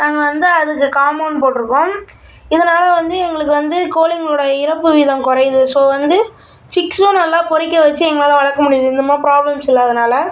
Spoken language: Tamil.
நாங்கள் வந்து அதுக்கு காம்மௌண்ட் போட்டிருக்கோம் இதனால் வந்து எங்களுக்கு வந்து கோழிகளோட இறப்பு வீதம் குறையுது ஸோ வந்து சிக்ஸும் நல்லா பொரிக்க வெச்சு எங்களால் வளர்க்க முடியுது இந்தமாதிரி ப்ராப்ளம்ஸ் இல்லாததனால